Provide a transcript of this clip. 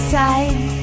Inside